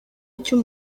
icyo